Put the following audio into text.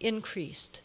increased